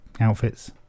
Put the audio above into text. outfits